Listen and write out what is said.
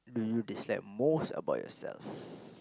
do you dislike most about yourself